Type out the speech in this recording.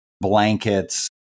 blankets